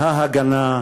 "ההגנה",